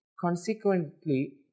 Consequently